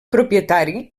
propietari